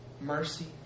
mercy